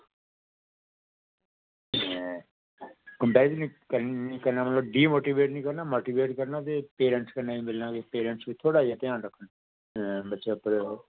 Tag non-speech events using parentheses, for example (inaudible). ते (unintelligible) मतलब डीमोटिवेट निं करना मोटिवेट करना ते पेरेंट्स कन्नै मिलना ते पेरेंट्स गी थोह्ड़ा जेहा ध्यान रक्खना बच्चे उप्पर